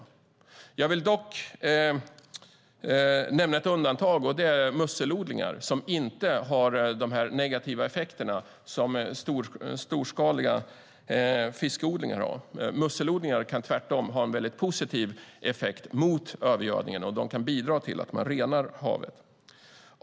Jag vill dock nämna ett undantag, och det är musselodlingarna, som inte har de negativa effekter som de storskaliga fiskodlingarna har. Tvärtom kan musselodlingar ha en positiv effekt vad gäller övergödningen och bidra till att rena havet.